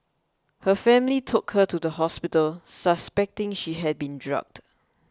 her family took her to the hospital suspecting she had been drugged